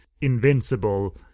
invincible